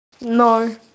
No